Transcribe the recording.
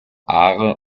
aare